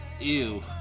Ew